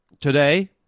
today